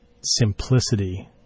simplicity